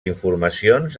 informacions